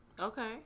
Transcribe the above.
okay